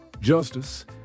Justice